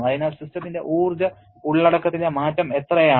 അതിനാൽ സിസ്റ്റത്തിന്റെ ഊർജ്ജ ഉള്ളടക്കത്തിലെ മാറ്റം എത്രയാണ്